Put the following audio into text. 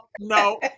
No